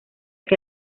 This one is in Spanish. que